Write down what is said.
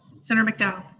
senator mcdowell?